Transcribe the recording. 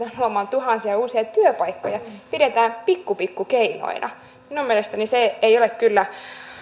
luomaan tuhansia uusia työpaikkoja pidetään pikku pikku keinoina minun mielestäni vaikkapa se ei ole